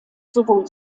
sowohl